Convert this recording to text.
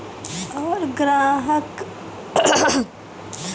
और बैंक ग्राहक के कृषि लोन के बारे मे बातेबे?